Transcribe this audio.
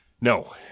No